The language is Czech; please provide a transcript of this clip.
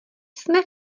jsme